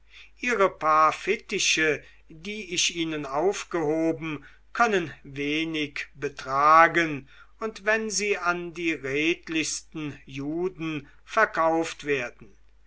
ihre paar fittiche die ich ihnen aufgehoben können wenig betragen und wenn sie an die redlichsten juden verkauft werden